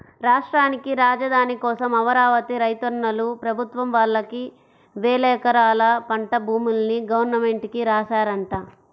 రాష్ట్రానికి రాజధాని కోసం అమరావతి రైతన్నలు ప్రభుత్వం వాళ్ళకి వేలెకరాల పంట భూముల్ని గవర్నమెంట్ కి రాశారంట